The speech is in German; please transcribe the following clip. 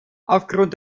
aufgrund